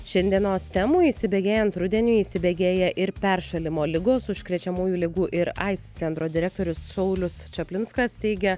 šiandienos temų įsibėgėjant rudeniui įsibėgėja ir peršalimo ligos užkrečiamųjų ligų ir aids centro direktorius saulius čaplinskas teigia